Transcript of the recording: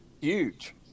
Huge